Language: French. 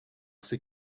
ces